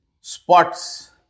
spots